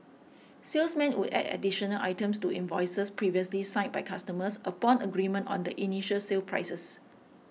salesmen would add additional items to invoices previously signed by customers upon agreement on the initial sale prices